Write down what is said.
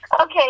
Okay